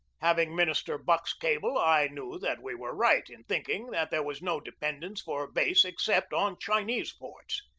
having minister buck's cable, i knew that we were right in thinking that there was no de pendence for a base except on chinese ports.